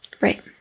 Right